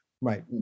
Right